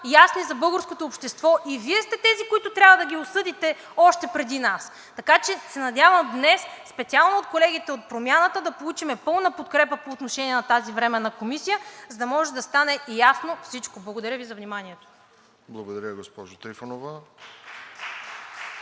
ясни за българското общество, и Вие сте тези, които трябва да ги осъдите още преди нас, така че се надявам днес специално от колегите от Промяната да получим пълна подкрепа по отношение на тази временна комисия, за да може да стане ясно всичко. Благодаря Ви за вниманието. (Ръкопляскания от